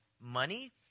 money